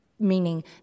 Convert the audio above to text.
meaning